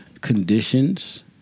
conditions